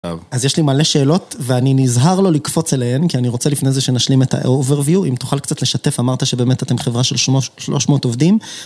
אז יש לי מלא שאלות ואני נזהר לא לקפוץ אליהן, כי אני רוצה לפני זה שנשלים את ה-overview, אם תוכל קצת לשתף, אמרת שבאמת אתם חברה של 300 עובדים.